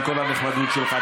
עם כל הנחמדות שלך,